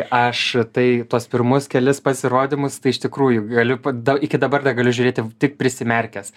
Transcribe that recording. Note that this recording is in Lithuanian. aš tai tuos pirmus kelis pasirodymus tai iš tikrųjų galiu iki dabar negaliu žiūrėti tik prisimerkęs